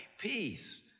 peace